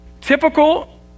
typical